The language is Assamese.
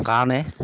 কাৰণে